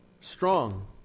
Strong